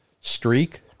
streak